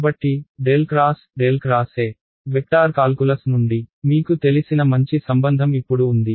కాబట్టి ∇ X ∇ X E vector calculus నుండి మీకు తెలిసిన మంచి సంబంధం ఇప్పుడు ఉంది